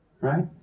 Right